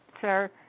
sir